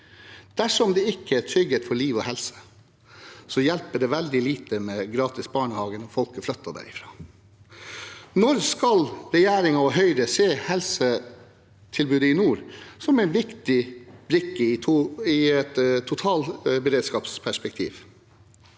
Dersom det ikke er trygghet for liv og helse, hjelper det veldig lite med gratis barnehage når folket flytter derfra. Når skal regjeringen og Høyre se helsetilbudet i nord som en viktig brikke i et totalberedskapsperspektiv?